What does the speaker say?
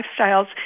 lifestyles